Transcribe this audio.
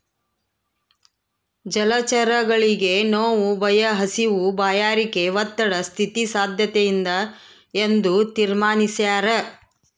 ಜಲಚರಗಳಿಗೆ ನೋವು ಭಯ ಹಸಿವು ಬಾಯಾರಿಕೆ ಒತ್ತಡ ಸ್ಥಿತಿ ಸಾದ್ಯತೆಯಿಂದ ಎಂದು ತೀರ್ಮಾನಿಸ್ಯಾರ